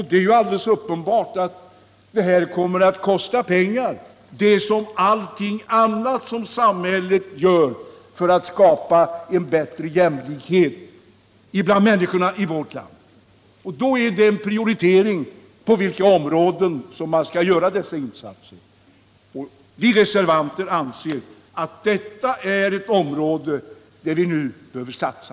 Det stödet kommer naturligtvis att kosta pengar, liksom allting annat som samhället gör för att skapa bättre jämlikhet bland människorna i vårt land. Man får då genom en prioritering bestämma på vilka områden man skall göra insatserna. Vi reservanter anser att detta är ett område som vi nu behöver satsa